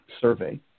survey